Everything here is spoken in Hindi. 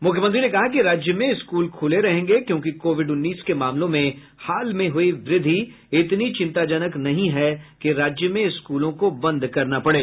मुख्यमंत्री ने कहा कि राज्य में स्कूल खुले रहेंगे क्योंकि कोविड उन्नीस के मामलों में हाल में हुई वृद्धि इतनी चिंताजनक नहीं है कि राज्य में स्कूलों को बंद करना पड़े